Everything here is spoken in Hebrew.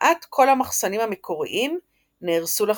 וכמעט כל המחסנים המקוריים נהרסו לחלוטין.